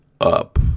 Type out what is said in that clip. up